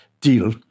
deal